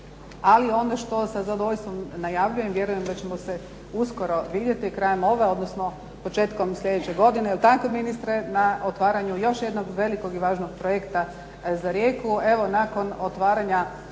Ali ono što sa zadovoljstvom najavljujem vjerujem da ćemo se uskoro vidjeti krajem ove odnosno početkom slijedeće godine, je li tako ministre, na otvaranju još jednog velikog i važnog projekta za Rijeku.